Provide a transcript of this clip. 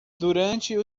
durante